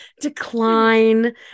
decline